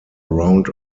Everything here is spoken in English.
round